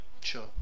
sure